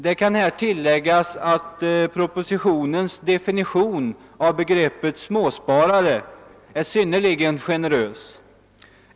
Det kan här tilläggas att propositionens definition av begreppet småsparare är synnerligen generös.